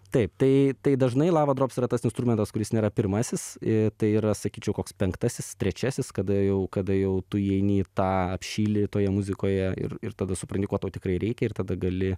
taip tai tai dažnai lava drops yra tas instrumentas kuris nėra pirmasis tai yra sakyčiau koks penktasis trečiasis kada jau kada jau tu įeini į tą apšyli toje muzikoje ir ir tada supranti ko tau tikrai reikia ir tada gali